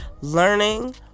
learning